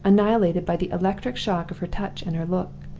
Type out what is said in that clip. annihilated by the electric shock of her touch and her look.